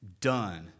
done